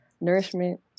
nourishment